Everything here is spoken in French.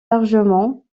largement